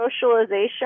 socialization